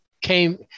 came